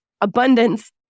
Abundance